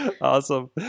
awesome